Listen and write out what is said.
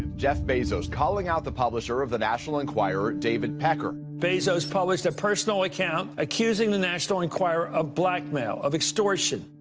jeff bezos calling out the publisher of the national enquirer, david pecker. bezos published a personal account accusing the national enquirer of blackmail, of extortion.